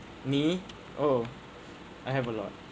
me oh I have a lot